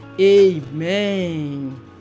Amen